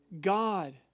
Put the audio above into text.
God